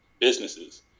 businesses